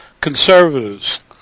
conservatives